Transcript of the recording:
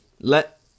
Let